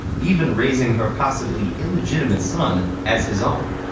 even raising her possibly illegitimate son as his own.